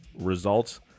results